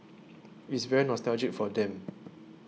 it's very nostalgic for them